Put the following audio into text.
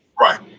Right